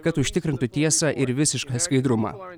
kad užtikrintų tiesą ir visišką skaidrumą